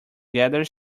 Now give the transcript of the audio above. gather